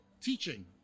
teaching